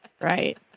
Right